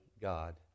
God